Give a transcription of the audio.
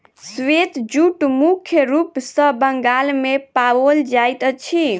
श्वेत जूट मुख्य रूप सॅ बंगाल मे पाओल जाइत अछि